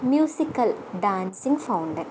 musical dancing fountain